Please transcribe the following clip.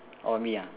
orh me ah